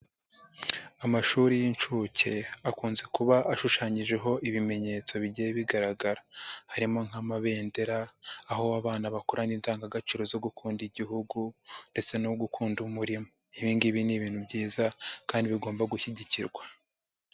Amashuri y'inshuke akunze kuba ashushanyijeho ibimenyetso bigiye bigaragara harimo nk'amabendera, aho abana bakurarana indangagaciro zo gukunda Igihugu ndetse no gukunda umurimo, ibingibi ni ibintu byiza kandi bigomba gushyigikirwa.